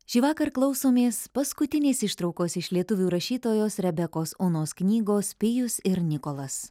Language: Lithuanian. šįvakar klausomės paskutinės ištraukos iš lietuvių rašytojos rebekos onos knygos pijus ir nikolas